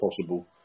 possible